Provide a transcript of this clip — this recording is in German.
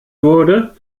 wurde